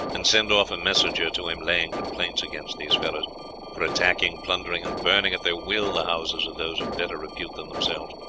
and send off a messenger to him laying complaints against these fellows for attacking, plundering, and burning at their will the houses of those of better repute than themselves.